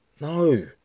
No